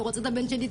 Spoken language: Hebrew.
אני רוצה את הבן שלי,